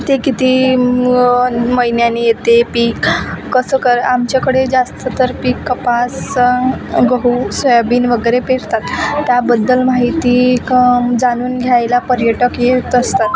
ते किती महिन्याने येते पीक कसं कर आमच्याकडे जास्त तर पीक कापूस गहू सोयाबीन वगैरे पेरतात त्याबद्दल माहिती क जाणून घ्यायला पर्यटक येत असतात